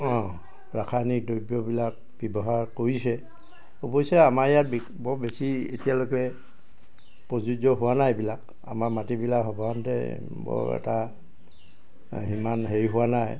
অঁ ৰাসায়নিক দ্ৰব্যবিলাক ব্যৱহাৰ কৰিছে অৱশ্যে আমাৰ ইয়াত বি বৰ বেছি এতিয়ালৈকে প্ৰযোজ্য হোৱা নাই এইবিলাক আমাৰ মাটিবিলাক সৰ্বসাধাৰণতে বৰ এটা সিমান হেৰি হোৱা নাই